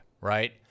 right